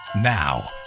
Now